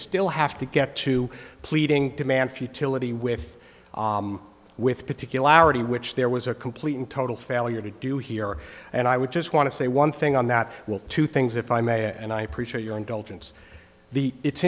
still have to get to pleading demand futility with with particularity which there was a complete and total failure to do here and i would just want to say one thing on that will two things if i may and i appreciate your indulgence the it's